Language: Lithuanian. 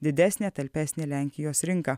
didesnė talpesnė lenkijos rinka